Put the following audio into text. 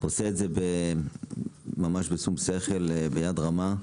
עושה את זה ממש בשום שכל, ביד רמה.